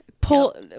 Pull